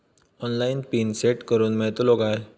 Online pin set करूक मेलतलो काय?